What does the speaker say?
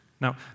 Now